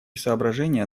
соображения